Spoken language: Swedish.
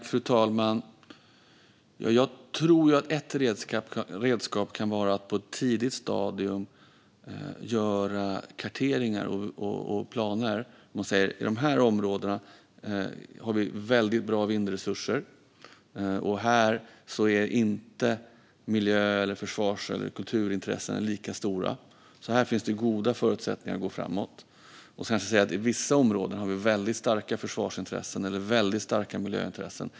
Fru talman! Jag tror att ett redskap kan vara att på ett tidigt stadium göra karteringar och planer, så att man säger: I de här områdena har vi väldigt bra vindresurser, och här är inte miljö, försvars eller kulturintressena lika stora. Här finns det goda förutsättningar att gå framåt. Men i vissa områden har vi väldigt starka försvarsintressen eller väldigt starka miljöintressen.